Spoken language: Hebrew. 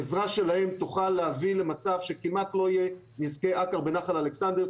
עזרה שלהם תוכל להביא למצב שכמעט לא יהיה נזקי אכר בנחל אלכנסדר.